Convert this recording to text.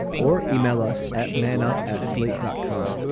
or yeah e-mail us at man up at slate dot com.